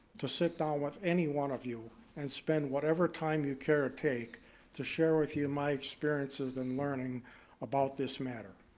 to sit down with any one of you, and spend whatever time you care or take to share with you my experiences and learning about this matter.